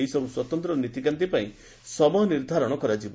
ଏହିସବୁ ସ୍ୱତନ୍ତ ନୀତିକାନ୍ତି ପାଇଁ ସମୟ ନିର୍ଦ୍ଧାରଣ କରାଯିବ